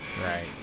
Right